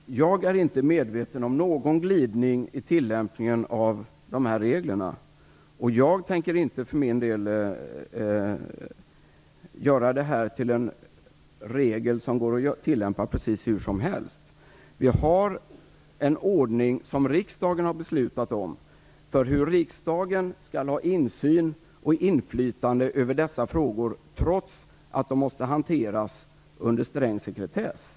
Fru talman! Jag är inte medveten om någon glidning i tillämpningen av de här reglerna, och jag tänker för min del inte göra det här till en regel som går att tillämpa precis hur som helst. Vi har en ordning som riksdagen har beslutat om för hur riksdagen skall ha insyn i och inflytande över dessa frågor trots att de måste hanteras under sträng sekretess.